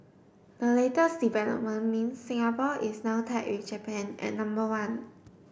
the latest development means Singapore is now tied with Japan at number one